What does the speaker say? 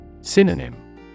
Synonym